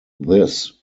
this